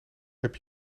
heb